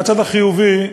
בצד החיובי,